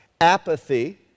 apathy